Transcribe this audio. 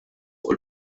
fuq